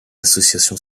association